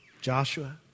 Joshua